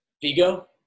Vigo